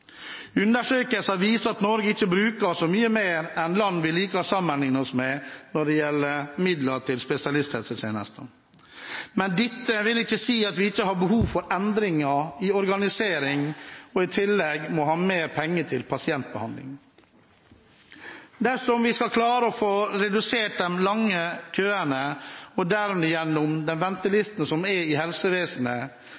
Undersøkelser viser at Norge ikke bruker så mye mer enn land vi liker å sammenligne oss med, når det gjelder midler til spesialisthelsetjenesten. Men dette vil ikke si at vi ikke har behov for endringer i organisering i tillegg til mer penger til pasientbehandling. Dersom vi skal klare å få redusert de lange køene og